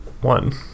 One